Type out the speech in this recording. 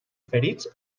ferits